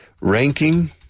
ranking